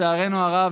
לצערנו הרב,